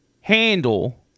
handle